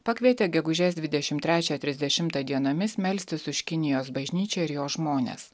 pakvietė gegužės dvidešimt trečią trisdešimtą dienomis melstis už kinijos bažnyčią ir jos žmones